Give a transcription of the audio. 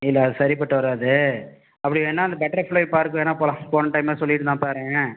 இல்லை அது சரிப்பட்டு வராது அப்படி இல்லைன்னா அந்த பட்டர்ஃபிளை பார்க்குக்கு வேணா போகலாம் போன டைமே சொல்லியிருந்தோம் பாருங்கள்